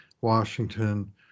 Washington